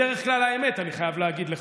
בדרך כלל, אני חייב להגיד לך,